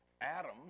Adam